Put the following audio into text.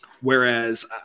whereas